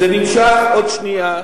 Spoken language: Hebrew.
עוד שנייה.